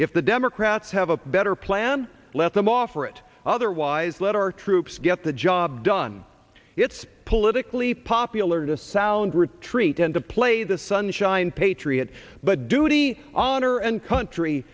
if the democrats have a better plan let them offer it otherwise let our troops get the job done it's politically popular to sow and retreat and to play the sunshine patriot but duty honor and country